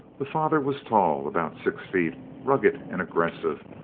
the father was tall, about six feet, rugged and aggressive,